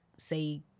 Say